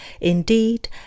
Indeed